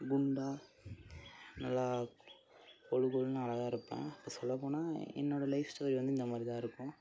குண்டாக நல்லா கொழுகொலுனு அழகா இருப்பேன் இப்போ சொல்லப்போனால் என்னோடய லைஃப் ஸ்டோரி வந்து இந்த மாதிரி தான் இருக்கும்